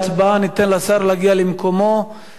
ניתן לשר להגיע למקומו ונצביע